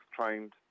trained